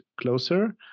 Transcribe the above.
closer